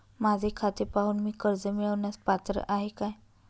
माझे खाते पाहून मी कर्ज मिळवण्यास पात्र आहे काय?